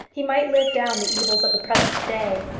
he might live down the evils of the present day.